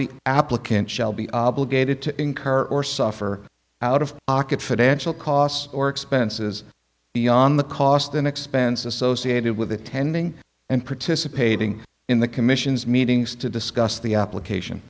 the applicant shall be obligated to incur or suffer out of pocket financial costs or expenses beyond the cost and expense associated with attending and participating in the commission's meetings to discuss the application